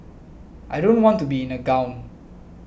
I don't want to be in a gown